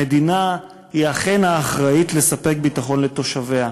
המדינה היא אכן האחראית לספק ביטחון לתושביה,